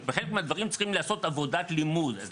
בחלק מהדברים צריכים לעשות עבודת לימוד.